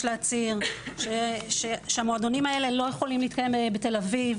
להצהיר שהמועדונים האלה לא יכולים להתקיים בתל אביב